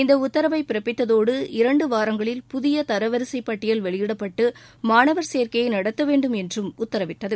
இந்த உத்தரவை பிறப்பித்தோடு இரண்டு வாரங்களில் புதிய தரவரிசைப் பட்டியல் வெளியிடப்பட்டு மாணவர் சேர்க்கையை நடத்த வேண்டும் என்றும் உத்தரவிட்டது